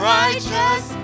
righteous